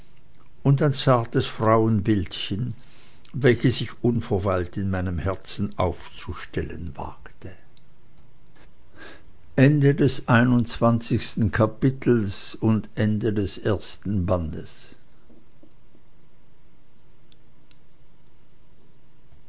und ein zartes frauenbildchen welches ich unverweilt in meinem herzen aufzustellen wagte